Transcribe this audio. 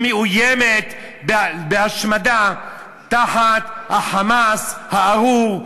שמאוימת בהשמדה תחת ה"חמאס" הארור,